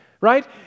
right